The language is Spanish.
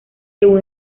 según